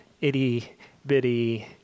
itty-bitty